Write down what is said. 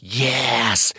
yes